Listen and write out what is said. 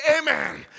Amen